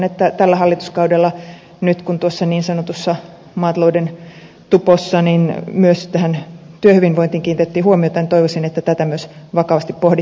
tällä hallituskaudella nyt kun tuossa niin sanotussa maatalouden tupossa myös työhyvinvointiin kiinnitettiin huomiota toivoisin että tätä myös vakavasti pohdittaisiin